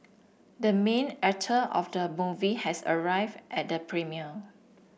the main actor of the movie has arrived at the premiere